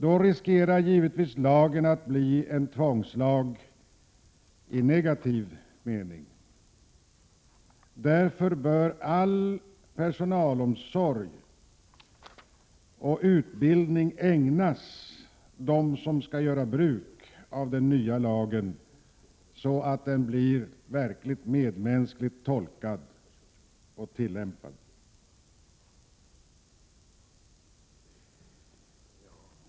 Då riskerar lagen givetvis att bli en tvångslag i negativ mening. Därför bör personalomsorg och utbildning ägnas dem som skall göra bruk av den nya lagen, så att den blir verkligt medmänskligt tolkad och tillämpad.